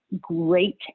great